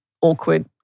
awkward